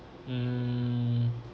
mm